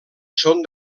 són